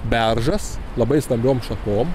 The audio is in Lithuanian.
beržas labai stambiom šakom